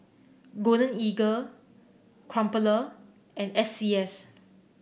Golden Eagle Crumpler and S C S